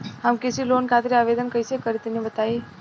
हम कृषि लोन खातिर आवेदन कइसे करि तनि बताई?